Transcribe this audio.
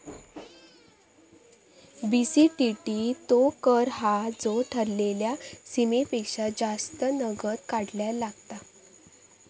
BCTT तो कर हा जो ठरलेल्या सीमेपेक्षा जास्त नगद काढल्यार लागता